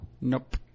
Nope